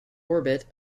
orbit